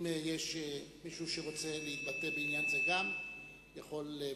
אם יש מישהו שרוצה להתבטא בעניין זה הוא עדיין יכול לבקש.